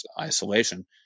isolation